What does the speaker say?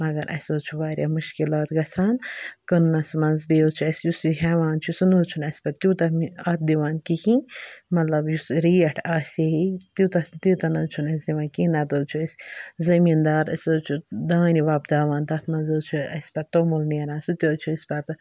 مگر اسہِ حٕظ چھُ واریاہ مُشکِلات گَژھان کٕننَس منٛز بییہِ حٕظ چھُ اسہِ یُس یہِ ہٮ۪وان چھُ سُہ نہٕ حٕظ چھُ اسہِ پَتہٕ تِیوٗتاہ اتھ دِوان کِہیٖنۍ مَطلَب یُس ریٹ آسہِ دِنۍ تِیوٗتاہ نہٕ حٕظ چھُنہٕ دِوان کِہیٖنۍ نَتہٕ حٕظ چھِ أسۍ زمیٖندار أسۍ حٕظ چھ دانہِ وۄبداوان تَتھ منٛز حٕظ چھُ اسہِ پَتہٕ تومُل نیران سُہ تہِ حٕظ چھُ أسۍ پتہٕ